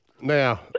Now